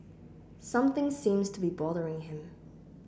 something seems to be bothering him